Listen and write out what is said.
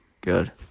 Good